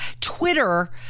Twitter